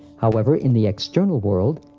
however, in the external world,